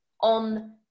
on